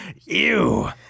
Ew